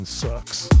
sucks